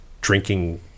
drinking